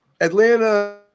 Atlanta –